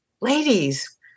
Ladies